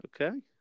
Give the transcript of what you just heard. Okay